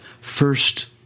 first